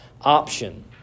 option